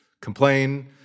complain